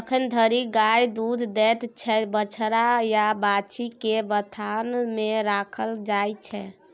जखन धरि गाय दुध दैत छै बछ्छा या बाछी केँ बथान मे राखल जाइ छै